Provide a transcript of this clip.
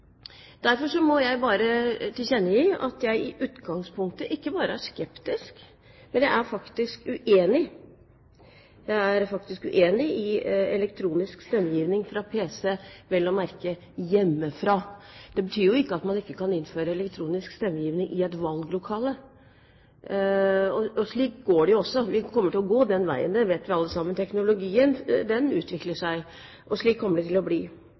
Derfor må jeg bare tilkjennegi at jeg i utgangspunktet ikke bare er skeptisk, men jeg er faktisk uenig i innføring av elektronisk stemmegivning fra pc, vel å merke hjemmefra. Det betyr jo ikke at man ikke kan innføre elektronisk stemmegivning i et valglokale. Slik går det jo også. Vi kommer til å gå den veien, det vet vi alle sammen. Teknologien utvikler seg, og slik kommer det til å bli.